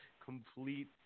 complete